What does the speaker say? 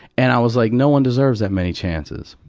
and i was like, no one deserves that many chances.